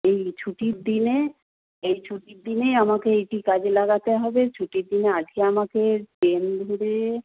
এই ছুটির দিনে এই ছুটির দিনে আমাকে এটি কাজে লাগাতে হবে ছুটির দিনে আজকে আমাকে ট্রেন ধরে